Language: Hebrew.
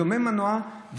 מדומם מנוע,